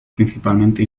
principalmente